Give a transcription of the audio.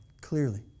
clearly